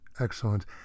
Excellent